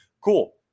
Cool